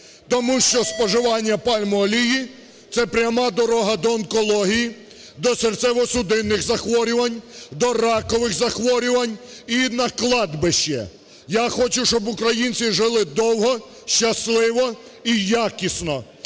Тому що споживання пальмової олії – це пряма дорога до онкології, до серцево-судинних захворювань, до ракових захворювань і на кладбище. Я хочу, щоб українці жили довго, щасливо і якісно